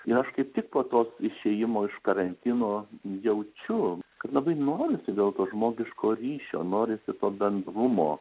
ir aš kaip tik po tos išėjimo iš karantino jaučiu kad labai norisi vėl to žmogiško ryšio norisi to bendrumo